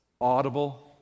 Audible